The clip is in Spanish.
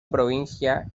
provincia